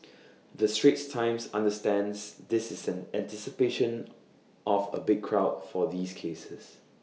the straits times understands this is in anticipation of A big crowd for these cases